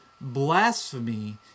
Blasphemy